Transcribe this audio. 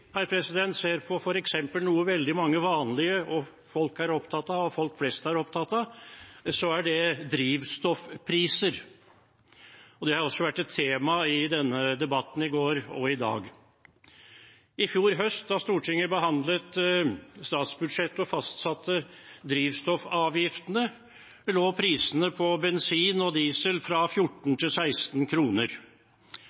ser på noe veldig mange vanlige folk, folk flest, er opptatt av, er det drivstoffpriser. Det har også vært et tema i denne debatten i går og i dag. I fjor høst da Stortinget behandlet statsbudsjettet og fastsatte drivstoffavgiftene, lå prisene på bensin og